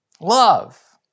Love